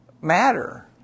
matter